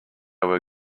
were